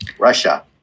Russia